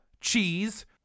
cheese